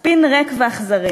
ספין ריק ואכזרי.